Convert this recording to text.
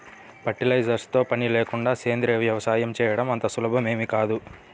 fertilisers తో పని లేకుండా సేంద్రీయ వ్యవసాయం చేయడం అంత సులభమేమీ కాదు